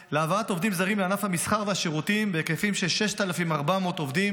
להבאת עובדים זרים לענף המסחר והשירותים בהיקפים של 6,400 עובדים.